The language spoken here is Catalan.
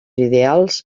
ideals